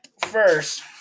first